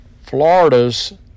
Florida's